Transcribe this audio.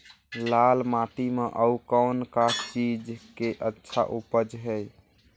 लाल माटी म अउ कौन का चीज के अच्छा उपज है?